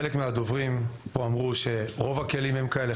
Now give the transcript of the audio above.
חלק מהדוברים פה אמרו שרוב הכלים הם כאלה,